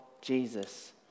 Jesus